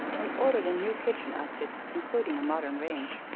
and ordered a new kitchen outfit, including a modern range,